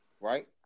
right